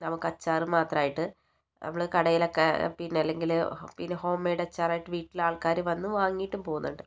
നമുക്ക് അച്ചാറ് മാത്രമായിട്ട് നമ്മള് കടേലൊക്കെ പിന്നല്ലങ്കില് പിന്നെ ഹോംമെയിഡ് അച്ചാറായിട്ട് വീട്ടില് ആൾക്കാര് വന്ന് വാങ്ങിയിട്ടും പോകുന്നുണ്ട്